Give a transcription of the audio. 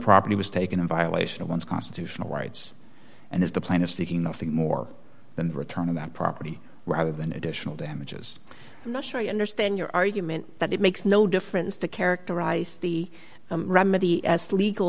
property was taken in violation of one's constitutional rights and is the plan of seeking nothing more than the return of that property rather than additional damages i'm not sure i understand your argument that it makes no difference to characterize the remedy as legal